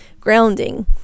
grounding